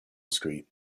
street